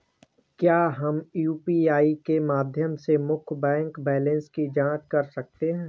क्या हम यू.पी.आई के माध्यम से मुख्य बैंक बैलेंस की जाँच कर सकते हैं?